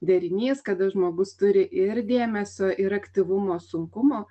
derinys kada žmogus turi ir dėmesio ir aktyvumo sunkumų